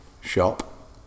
shop